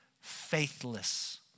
faithless